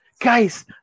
guys